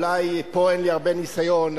אולי פה אין לי הרבה ניסיון,